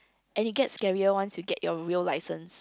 and it gets scarier once you get your real license